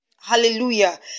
Hallelujah